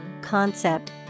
concept